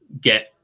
get